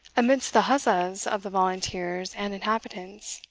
amidst the huzzas of the volunteers and inhabitants.